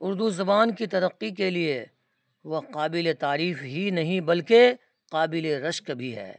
اردو زبان کی ترقی کے لیے وہ قابل تعریف ہی نہیں بلکہ قابل رشق بھی ہے